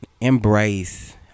embrace